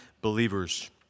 believers